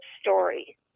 story